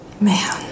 Man